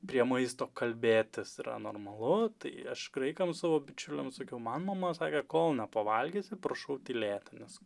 prie maisto kalbėtis yra normalu tai aš graikams savo bičiuliams sakiau man mama sakė kol nepavalgysi prašau tylėt nes